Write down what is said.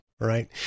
Right